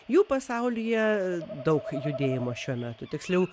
jų pasaulyje daug judėjimo šiuo metu tiksliau